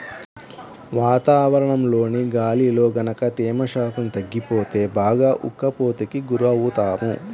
వాతావరణంలోని గాలిలో గనక తేమ శాతం తగ్గిపోతే బాగా ఉక్కపోతకి గురవుతాము